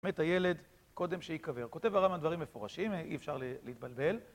מת הילד קודם שייקבר. כותב הרב דברים מפורשים, אי אפשר לתבלבל.